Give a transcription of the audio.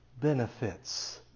benefits